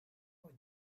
for